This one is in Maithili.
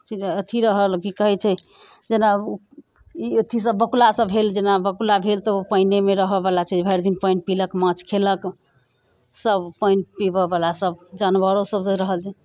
चिड़ै अथी रहल की कहैत छै जेना ई अथीसभ बगुलासभ भेल जेना बगुला भेल तऽ ओ पानिएमे रहयवला छै भरि दिन पानि पीलक माछ खेलक सभ पानि पिबयवला सभ जानवरोसभ तऽ रहल जे